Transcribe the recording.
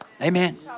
Amen